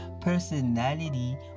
personality